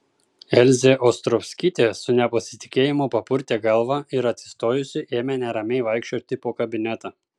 elzė ostrovskytė su nepasitikėjimu papurtė galvą ir atsistojusi ėmė neramiai vaikščioti po kabinetą